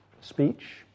speech